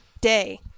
day